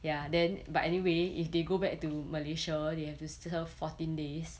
ya then but anyway if they go back to malaysia they have to still fourteen days